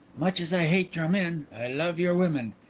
much as i hate your men i love your women.